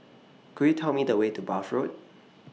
Could Tell Me The Way to Bath Road